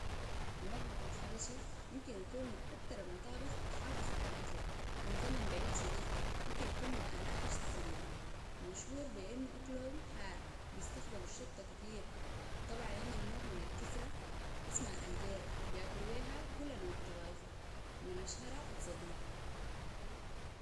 المطبخ الحبشي يمكن يكون من أكتر المطابخ المحافظة على أكلها من زمن بعيد شديد يمكن يكون من آلاف السنين ومشهور بأنه أكلهم حار وبيستخدموا الشطة كتير وطبعا عندهم نوع من الكسرة اسمها الأنجيرة بيأكلوا بيها كل انوع طبايخم ومن أشهرها الزغني